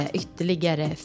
ytterligare